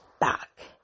back